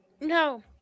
No